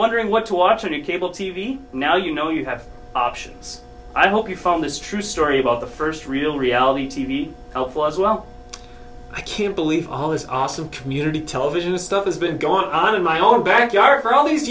wondering what to watch on a cable t v now you know you have options i hope you found this true story about the first real reality t v and it was well i can't believe all this awesome community television stuff has been going on in my own backyard for all these